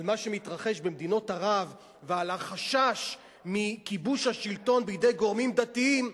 על מה שמתרחש במדינות ערב ועל החשש מכיבוש השלטון בידי גורמים דתיים,